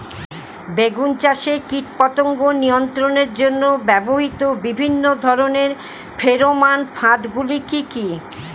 বেগুন চাষে কীটপতঙ্গ নিয়ন্ত্রণের জন্য ব্যবহৃত বিভিন্ন ধরনের ফেরোমান ফাঁদ গুলি কি কি?